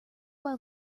while